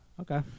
Okay